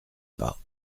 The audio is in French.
pas